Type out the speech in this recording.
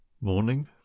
Morning